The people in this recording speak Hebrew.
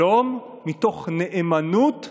שלום מתוך נאמנות לחלום.